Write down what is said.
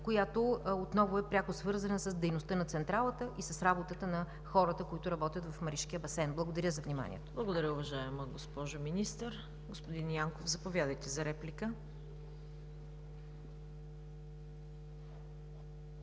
която отново е пряко свързана с дейността на централата и с работата на хората, които работят в Маришкия басейн. Благодаря за вниманието. ПРЕДСЕДАТЕЛ ЦВЕТА КАРАЯНЧЕВА: Благодаря, уважаема госпожо Министър. Господин Янков, заповядайте за реплика.